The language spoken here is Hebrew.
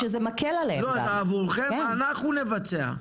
אנחנו נבצע".